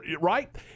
right